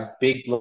big